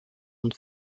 und